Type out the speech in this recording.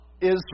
Israel